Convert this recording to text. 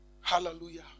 Hallelujah